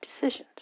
decisions